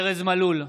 ארז מלול,